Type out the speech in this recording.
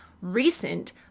recent